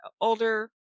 older